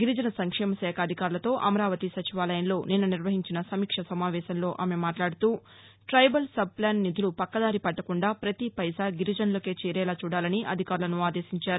గిరిజన సంక్షేమ శాఖ అధికారులతో అమరావతి సచివాలయంలో నిన్న నిర్వహించిన సమీక్షా సమావేశంలో ఆమె మాట్లాడుతూ బ్రెబల్ సబ్ ప్లాన్ నిధులు పక్కదారి పట్లకుండా ప్రతి పైసా గిరిజనులకే చేరేలా చూడాలని అధికారులను ఆదేశించారు